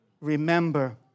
remember